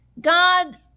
God